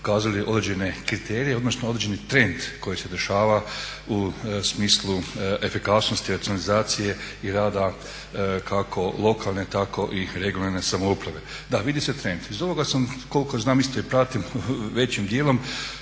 pokazali određene kriterije odnosno određeni trend koji se dešava u smislu efikasnosti i racionalizacije i rada kako lokalne tako i regionalne samouprave. Da, vidi se trend iz ovoga sam koliko znam pratim većim dijelom